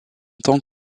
tant